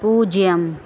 பூஜ்ஜியம்